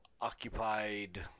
occupied